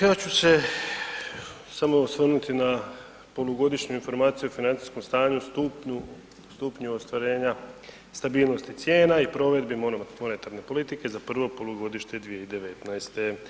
Ja ću se samo osvrnuti na polugodišnju informaciju o financijskom stanju, stupnju ostvarenja stabilnosti cijena i provedbi monetarne politike za prvo polugodište 2019.